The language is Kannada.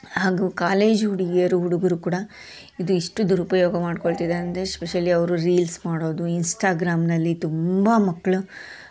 ಹಾಗೂ ಕಾಲೇಜು ಹುಡುಗಿಯರು ಹುಡುಗರು ಕೂಡ ಇದು ಎಷ್ಟು ದುರುಪಯೋಗ ಮಾಡಿಕೊಳ್ತಿದೆ ಅಂದರೆ ಸ್ಪೆಶಲಿ ಅವರು ರೀಲ್ಸ್ ಮಾಡೋದು ಇನ್ಸ್ಟಾಗ್ರಾಮ್ನಲ್ಲಿ ತುಂಬ ಮಕ್ಕಳು